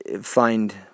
find